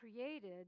created